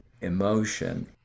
emotion